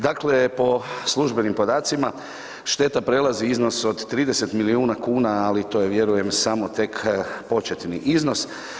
Dakle, po službenim podacima šteta prelazi iznos od 30 milijuna kuna ali to je vjerujem samo tek početni iznos.